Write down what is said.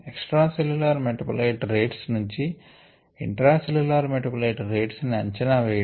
extra cellular metabolite rates నుంచి intracellular metabolite rates ని అంచనా వేయడం